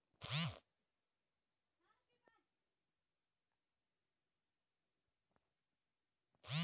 चालू खाता किस प्रकार से खोल सकता हूँ?